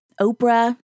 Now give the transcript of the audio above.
Oprah